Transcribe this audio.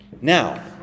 Now